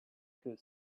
could